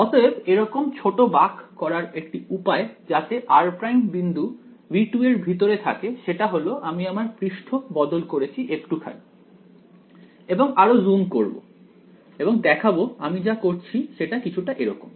অতএব এরকম ছোট বাঁক করার একটি উপায় যাতে r' বিন্দু V2 এর ভিতরে থাকে সেটা হল আমি আমার পৃষ্ঠ বদল করেছি একটুখানি এবং আরো জুম করব এবং দেখাবো আমি যা করছি সেটা কিছুটা এরকম